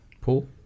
Paul